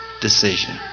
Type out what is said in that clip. decision